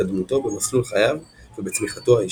התקדמותו במסלול חייו ובצמיחתו האישית.